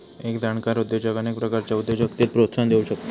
एक जाणकार उद्योजक अनेक प्रकारच्या उद्योजकतेक प्रोत्साहन देउ शकता